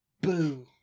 Boo